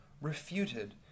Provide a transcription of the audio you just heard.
refuted